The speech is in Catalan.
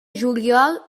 juliol